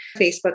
Facebook